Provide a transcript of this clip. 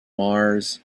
mars